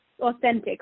authentic